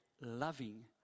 loving